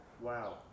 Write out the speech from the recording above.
Wow